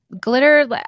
Glitter